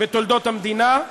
בתולדות המדינה,